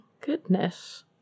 goodness